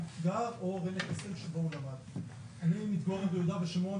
אני מתגורר ביהודה ושומרון,